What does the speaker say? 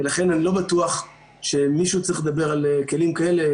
ולכן אני לא בטוח שמישהו צריך לדבר על כלים כאלה.